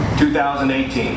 2018